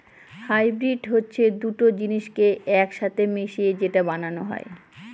hybrid হচ্ছে দুটো জিনিসকে এক সাথে মিশিয়ে যেটা বানানো হয়